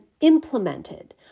implemented